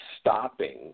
stopping